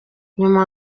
nyuma